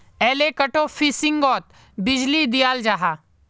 एलेक्ट्रोफिशिंगोत बीजली दियाल जाहा